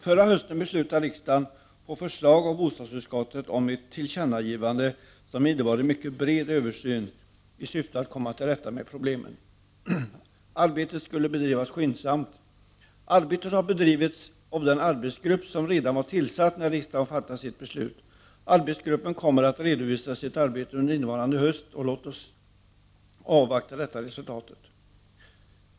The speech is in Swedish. Förra hösten beslutade riksdagen, på förslag av bostadsutskottet, om ett tillkännagivande som innebar en mycket bred översyn i syfte att man skulle kunna komma till rätta med problemen. Arbetet skulle bedrivas skyndsamt. Arbetet har bedrivits av den arbetsgrupp som redan var tillsatt när riksdagen fattade sitt beslut. Arbetsgruppen kommer att redovisa sitt arbete under innevarande höst. Låt oss avvakta detta resultat.